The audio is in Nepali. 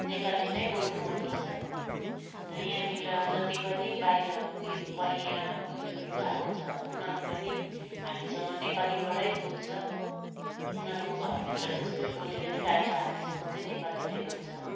नेपाली नै बोल्नु मनपर्छ अन्त यहाँनिर जति पनि बाहिर उयो कैयाँ उयोहरू आएको छ उनीहरू पनि हामीसँग नेपालीबाटै बोल्छ उनीहरूको घरभित्र जस्तै बोले पनि बाहिर हामीसँग चाहिँ नेपाली नै बोल्छ